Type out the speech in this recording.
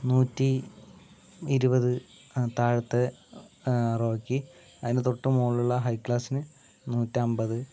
നൂറ്റി ഇരുപത് താഴത്തെ റോയ്ക്ക് അതിന് തൊട്ടുമുകളിലുള്ള ഹൈ ക്ലാസിന് നൂറ്റമ്പത്